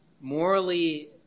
Morally